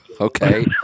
okay